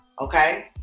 okay